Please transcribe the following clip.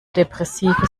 depressive